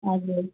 हजुर